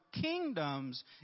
kingdoms